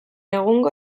egungo